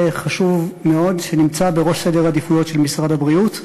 חשוב מאוד שנמצא בראש סדר העדיפויות של משרד הבריאות.